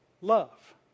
Love